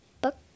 book